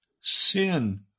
sin